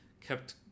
kept